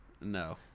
No